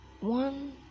one